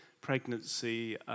pregnancy